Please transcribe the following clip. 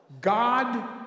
God